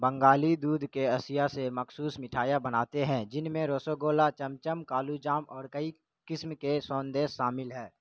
بنگالی دودھ کے اشیا سے مخصوص مٹھائیاں بناتے ہیں جن میں rasgulla chamcham kalojam اور کئی قسم کے سوندیش شامل ہیں